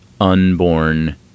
unborn